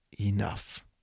enough